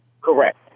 Correct